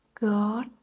God